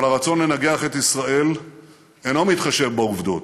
אבל הרצון לנגח את ישראל אינו מתחשב בעובדות.